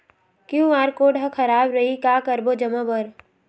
QR code हा खराब रही का करबो जमा बर?